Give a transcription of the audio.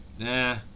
Nah